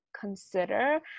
consider